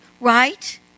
right